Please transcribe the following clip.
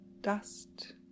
dust